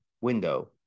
window